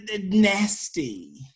nasty